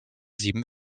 sieben